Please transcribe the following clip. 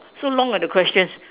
so long ah the question